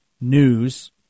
News